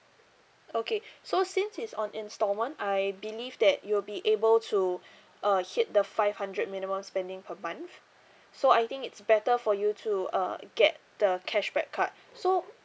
okay so since it's on instalment I believe that you'll be able to uh hit the five hundred minimum spending per month so I think it's better for you to uh get the cashback card so